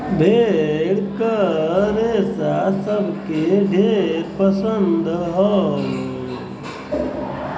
भेड़ क रेसा सबके ढेर पसंद हौ